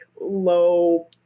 low